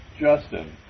Justin